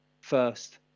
first